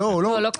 לא.